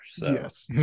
Yes